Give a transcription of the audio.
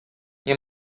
nie